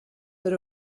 that